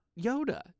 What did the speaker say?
Yoda